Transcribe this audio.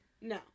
No